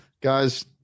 Guys